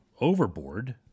overboard